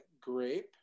grape